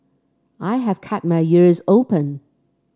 I have kept my ears open